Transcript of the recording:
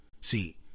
See